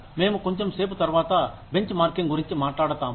మేము కొంచెం సేపు తరువాత బెంచ్ మార్కింగ్ గురించి మాట్లాడతాము